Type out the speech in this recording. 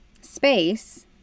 space